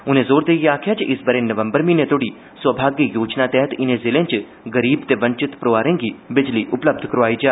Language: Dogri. उनें जोर देइयै आक्खेआ जे इस बरे नवंबर म्हीने तोड़ी सौमाग्य योजना तैह्त इनें ज़िलें च गरीब ते वंचित परिवारें गी बिजली उपलब्ध करोआई जा